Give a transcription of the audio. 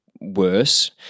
worse